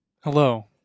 hello